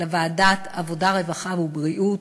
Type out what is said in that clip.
לוועדת העבודה, הרווחה והבריאות,